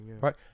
Right